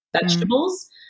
vegetables